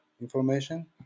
information